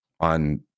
on